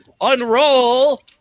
unroll